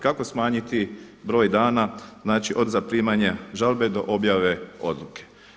Kako smanjiti broj dana od zaprimanja žalbe do objave odluke?